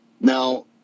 Now